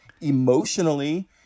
emotionally